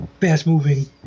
fast-moving